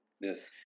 yes